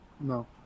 No